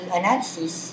analysis